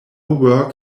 work